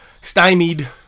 stymied